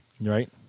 Right